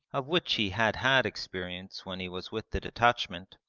of which he had had experience when he was with the detachment,